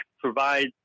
provide